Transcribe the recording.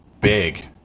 big